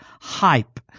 Hype